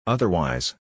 Otherwise